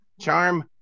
charm